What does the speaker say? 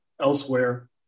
elsewhere